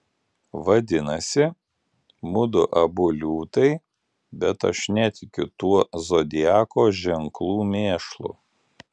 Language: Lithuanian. vadinasi mudu abu liūtai bet aš netikiu tuo zodiako ženklų mėšlu